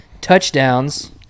touchdowns